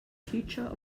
future